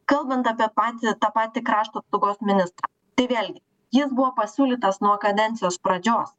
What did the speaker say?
kalbant apie patį tą patį krašto apsaugos ministrą tai vėlgi jis buvo pasiūlytas nuo kadencijos pradžios